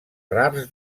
rars